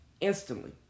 Instantly